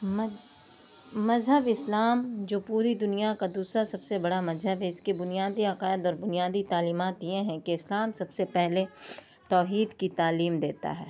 مذہب اسلام جو پوری دنیا کا دوسرا سب سے بڑا مذہب ہے اس کے بنیادی عقائد اور بنیادی تعلیمات یہ ہیں کہ اسلام سب سے پہلے توحید کی تعلیم دیتا ہے